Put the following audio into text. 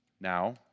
Now